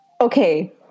Okay